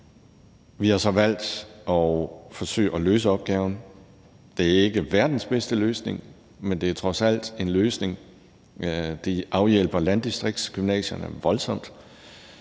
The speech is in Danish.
Vi har så valgt at forsøge at løse opgaven. Det er ikke verdens bedste løsning, men det er trods alt en løsning. Det hjælper landdistriktsgymnasierne voldsomt,